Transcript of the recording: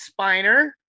Spiner